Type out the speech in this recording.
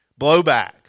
Blowback